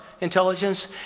intelligence